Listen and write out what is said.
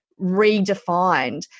redefined